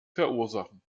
verursachen